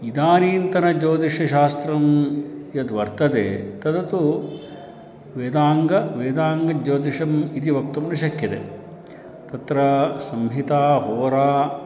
इदानीन्तनज्योतिषशास्त्रं यद्वर्तते तत् तु वेदाङ्गं वेदाङ्गज्योतिषम् इति वक्तुं न शक्यते तत्र संहिता होरा